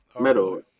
metal